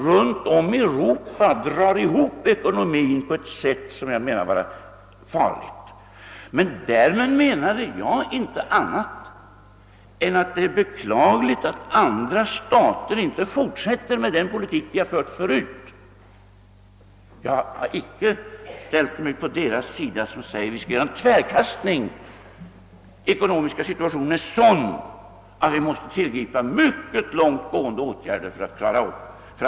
Runtom i Europa dras nämligen ekonomin ihop på ett sätt som enligt min mening är skadligt. Därmed menar jag inte annat än att det är beklagligt, att andra stater inte fortsätter med den politik som de tidigare fört. Jag har inte ställt mig på deras sida som säger, att vi skall göra en tvär omkastning, att den ekonomiska situationen är sådan, att vi måste tillgripa mycket långtgående åtgärder för att klara den.